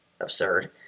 absurd